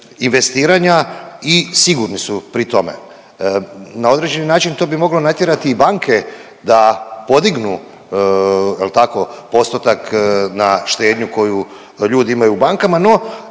investiranja i sigurni su pri tome. Na određeni način to bi moglo natjerati i banke da podignu, jel tako, postotak na štednju koju ljudi imaju u bankama,